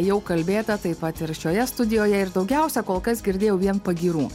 jau kalbėta taip pat ir šioje studijoje ir daugiausia kol kas girdėjau vien pagyrų